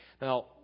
Now